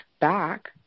back